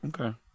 Okay